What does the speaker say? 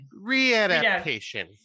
Re-adaptation